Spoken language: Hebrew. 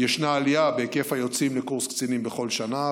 ישנה עלייה בהיקף היוצאים לקורס קצינים בכל שנה,